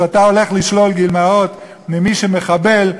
כשאתה הולך לשלול גמלאות ממי שמחבל,